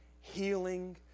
healing